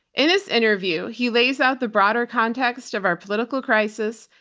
in this interview he lays out the broader context of our political crisis,